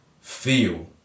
feel